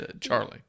Charlie